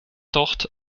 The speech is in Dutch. tocht